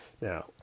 Now